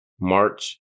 March